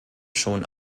schon